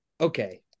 okay